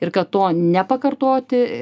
ir kad to nepakartoti